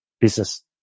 business